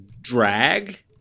drag